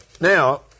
Now